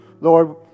Lord